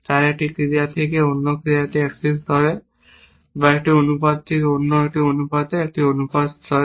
তারা একটি ক্রিয়া থেকে অন্য একটি অ্যাকশন স্তরে বা একটি অনুপাত থেকে অন্য একটি অনুপাতে একটি অনুপাত স্তরে